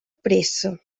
pressa